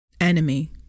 Enemy